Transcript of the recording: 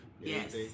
Yes